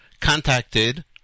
contacted